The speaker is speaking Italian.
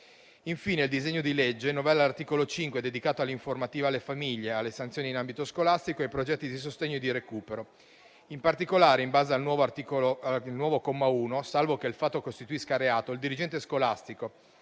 Infine, il disegno di legge novella l'articolo 5, dedicato all'informativa alle famiglie, alle sanzioni in ambito scolastico e ai progetti di sostegno e di recupero. In particolare, in base al nuovo comma 1, salvo che il fatto costituisca reato, il dirigente scolastico